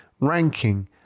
ranking